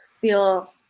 feel